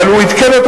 אבל הוא עדכן אותו,